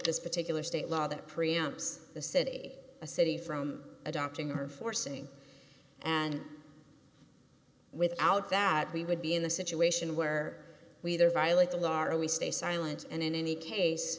this particular state law that preamps the city a city from adopting or forcing and without that we would be in a situation where we either violate the law are we stay silent and in any case